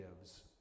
gives